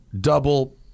double